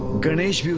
ganesh,